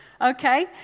Okay